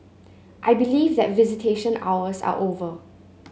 I believe that visitation hours are over